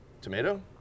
tomato